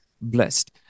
blessed